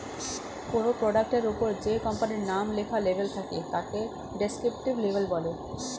কোনো প্রোডাক্টের ওপরে যে কোম্পানির নাম লেখা লেবেল থাকে তাকে ডেসক্রিপটিভ লেবেল বলে